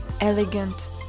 elegant